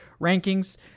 rankings